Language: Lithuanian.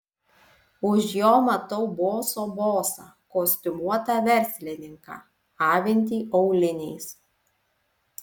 už jo matau boso bosą kostiumuotą verslininką avintį auliniais